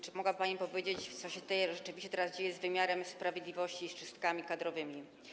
Czy mogłaby pani powiedzieć, co się tutaj rzeczywiście dzieje z wymiarem sprawiedliwości i z czystkami kadrowymi?